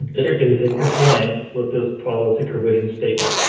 dirt and is in compliance with this policy provision statement.